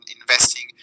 investing